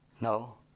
No